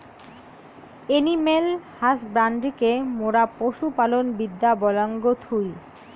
animal হাসব্যান্ড্রিকে মোরা পশু পালন বিদ্যা বলাঙ্গ থুই